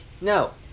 no